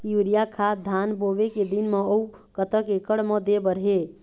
Urea खाद धान बोवे के दिन म अऊ कतक एकड़ मे दे बर हे?